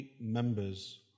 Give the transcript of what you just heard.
members